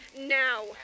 now